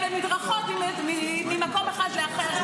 ממש כן.